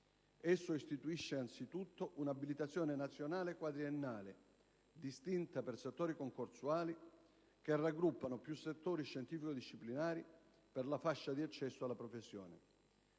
esso istituisce, anzitutto, un'abilitazione nazionale quadriennale distinta per settori concorsuali che raggruppano più settori scientifico-disciplinari per la fascia di accesso alla professione;